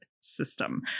system